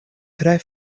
tre